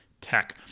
Tech